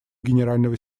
генерального